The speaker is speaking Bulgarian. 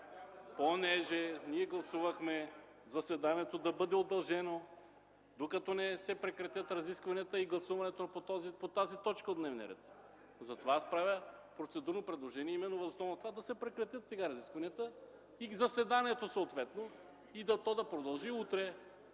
Понеже ние гласувахме заседанието да бъде удължено, докато не се прекратят разискванията и гласуването по тази точка от дневния ред, затова аз правя процедурно предложение именно въз основа на това – да се прекратят сега разискванията и заседанието съответно. То да продължи утре.